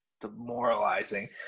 demoralizing